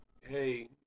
hey